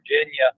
Virginia